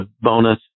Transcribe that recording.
bonus